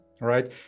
right